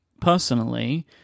personally